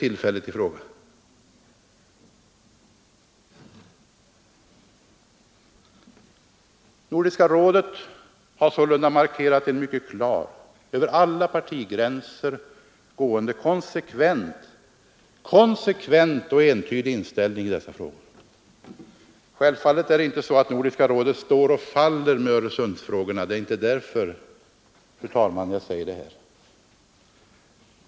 Hermansson osv. Nordiska rådet har sålunda markerat en mycket klar, över alla partigränser gående konsekvent och entydig inställning i Öresundsfrågorna. Självfallet är det inte så att Nordiska rådet står och faller med Öresundsfrågorna. Det är inte därför, fru talman, jag säger det här.